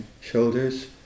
shoulders